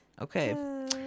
okay